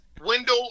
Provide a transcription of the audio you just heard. Window